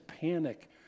panic